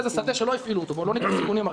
זה שדה שלא הפעילו אותו, בואו לא ניקח סיכונים.